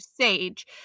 Sage